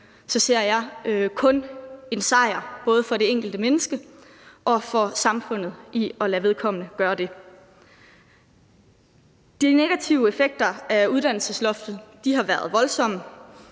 så ser jeg kun en sejr, både for det enkelte menneske og for samfundet, i at lade vedkommende gøre det. De negative effekter af uddannelsesloftet har været voldsomme,